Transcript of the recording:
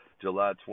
July